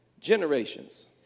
generations